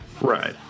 right